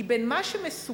כי בין מה שמסוכן,